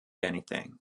anything